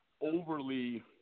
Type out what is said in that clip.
overly –